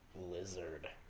lizard